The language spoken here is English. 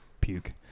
Puke